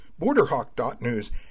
BorderHawk.News